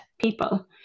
people